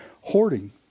hoarding